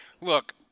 look